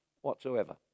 whatsoever